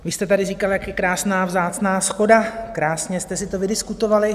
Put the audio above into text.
Vy jste tady říkal, jak je krásná vzácná shoda, krásně jste si to vydiskutovali.